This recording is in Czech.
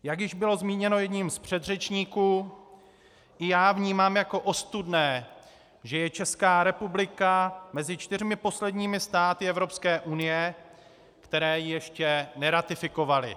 Jak již bylo zmíněno jedním z předřečníků, i já vnímám jako ostudné, že je Česká republika mezi čtyřmi posledními státy Evropské unie, které ji ještě neratifikovaly.